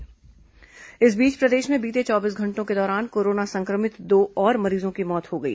corona मौत इस बीच प्रदेश में बीते चौबीस घंटों के दौरान कोरोना संक्रमित दो और मरीजों की मौत हो गई